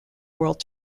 world